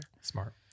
smart